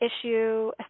issue